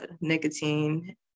nicotine